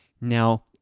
Now